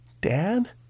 Dad